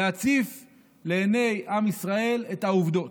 להציף לעיני עם ישראל את העובדות.